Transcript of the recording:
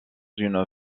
une